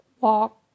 walk